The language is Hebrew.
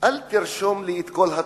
אל תרשום לי את כל התרופות,